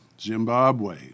Zimbabwe